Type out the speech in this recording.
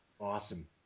Awesome